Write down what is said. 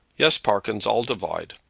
yes, parkyns, i'll divide.